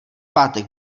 pátek